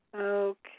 Okay